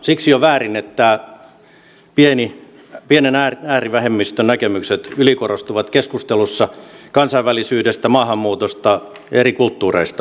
siksi on väärin että pienen äärivähemmistön näkemykset ylikorostuvat keskustelussa kansainvälisyydestä maahanmuutosta ja eri kulttuureista